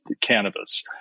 cannabis